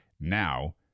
now